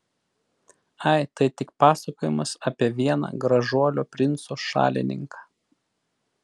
ai tai tik pasakojimas apie vieną gražuolio princo šalininką